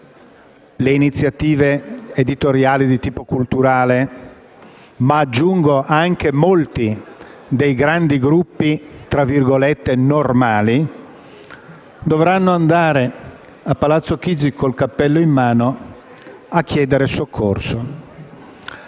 le iniziative editoriali di tipo culturale, ma - aggiungo - anche molti dei grandi gruppi «normali» - dovranno andare a Palazzo Chigi col cappello in mano a chiedere soccorso.